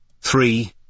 Three